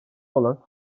olan